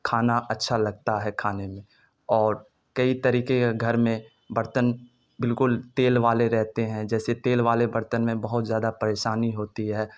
کھانا اچھا لگتا ہے کھانے میں اور کئی طریقے کے گھر میں برتن بالکل تیل والے رہتے ہیں جیسے تیل والے برتن میں بہت زیادہ پریشانی ہوتی ہے